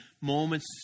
moments